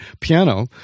piano